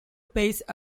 pace